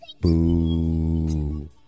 Boo